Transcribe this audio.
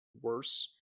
worse